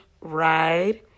ride